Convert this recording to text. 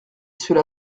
cela